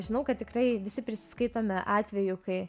žinau kad tikrai visi prisiskaitome atvejų kai